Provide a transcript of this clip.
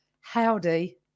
Howdy